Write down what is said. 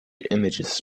images